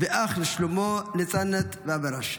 הוא אח לשלמה, לנצנת ולאברש.